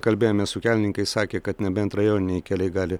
kalbėjomės su kelininkais sakė kad nebent rajoniniai keliai gali